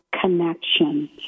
connection